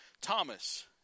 Thomas